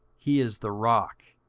he is the rock,